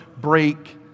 break